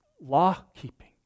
law-keeping